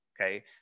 okay